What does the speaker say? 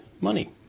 money